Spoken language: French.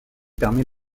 permet